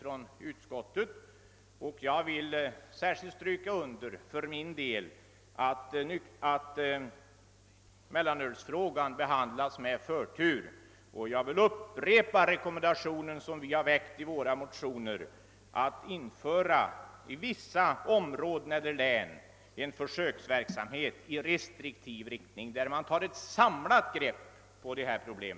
Jag vill för min del särskilt framhålla angelägenheten av att mellanölsfrågan behandlas med förtur. Jag vill upprepa den rekommendation vi har lämnat i våra motioner, nämligen att i vissa områden eller län införa en försöksverksamhet i restriktiv riktning som möjliggör ett samlat grepp på dessa problem.